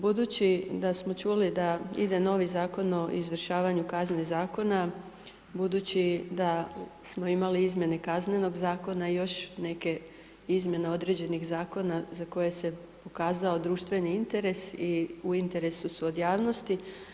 Budući da smo čuli da ide novi Zakon o izvršavanju kazne zakona, budući da smo imali izmjene Kaznenog zakona i još neke izmjene određenih zakona za koje se pokazao društveni interes i u interesu su od javnosti.